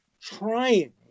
trying